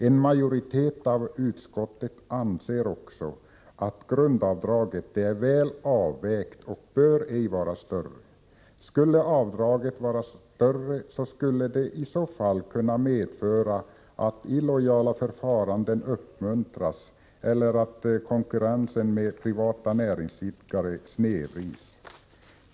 En majoritet av utskottet anser också att grundavdraget är väl avvägt och ej bör vara större. Skulle avdraget vara större skulle det kunna medföra att illojala förfaranden uppmuntras eller att konkurrensen med privata näringsidkare snedvrids.